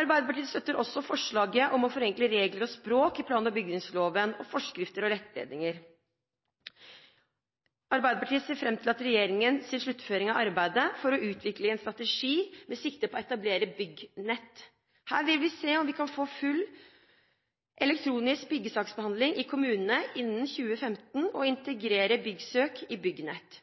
Arbeiderpartiet støtter også forslaget om å forenkle regler og språk i plan- og bygningsloven, forskrifter og rettledninger. Arbeiderpartiet ser fram til regjeringens sluttføring av arbeidet for å utvikle en strategi med sikte på å etablere ByggNett. Her vil vi se om vi kan få full elektronisk byggesaksbehandling i kommunene innen 2015 og integrere ByggSøk i ByggNett.